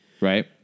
Right